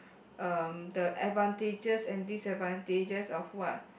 um the advantages and disadvantages of what